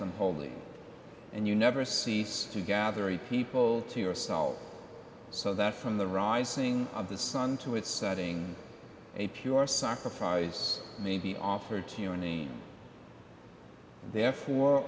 them holy and you never cease to gather a people to yourselves so that from the rising of the sun to its setting a pure sacrifice maybe offer to any therefore